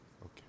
Okay